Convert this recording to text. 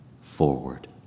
forward